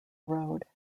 road